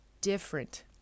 different